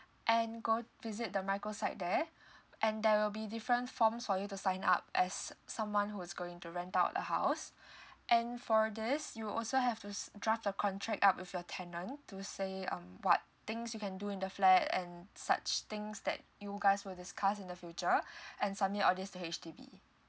and go visit the microsite there and there will be different forms for you to sign up as someone who's going to rent out a house and for this you also have to draft a contract up with your tenant to say um what things you can do in the flat and such things that you guys will discuss in the future and submit all these to H_D_B